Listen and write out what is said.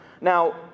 Now